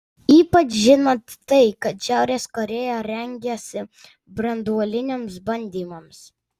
ypač žinant tai kad šiaurės korėja rengiasi branduoliniams bandymams